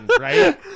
right